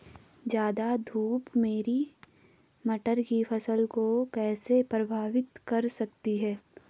ज़्यादा धूप मेरी मटर की फसल को कैसे प्रभावित कर सकती है?